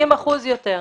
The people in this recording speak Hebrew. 70 אחוזים יותר.